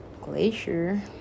glacier